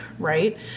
Right